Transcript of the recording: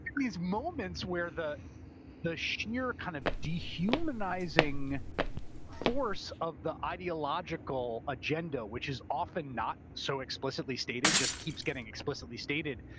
these moments where the the sheer kind of dehumanizing force of the ideological agenda, which is often not so explicitly stated, just keeps getting explicitly stated,